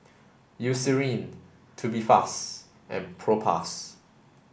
Eucerin Tubifast and Propass